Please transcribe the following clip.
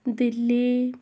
Delhi